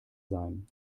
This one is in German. sein